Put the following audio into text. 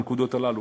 הנקודות הללו.